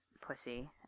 pussy